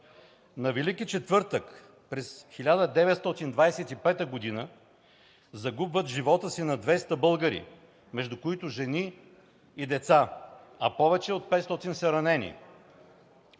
На Велики четвъртък през 1925 г. загубват живота си над 200 българи, между които жени и деца, а повече от 500 са ранени.